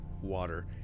water